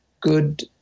good